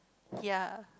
ya